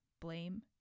blame